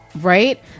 Right